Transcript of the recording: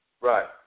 Right